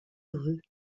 dreux